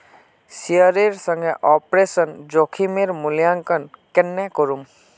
शेयरेर संगे ऑपरेशन जोखिमेर मूल्यांकन केन्ने करमू